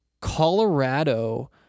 Colorado